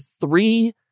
three